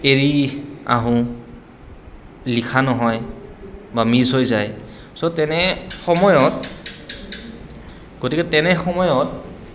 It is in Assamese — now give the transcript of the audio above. এৰি আহোঁ লিখা নহয় বা মিছ হৈ যায় চ' তেনে সময়ত গতিকে তেনে সময়ত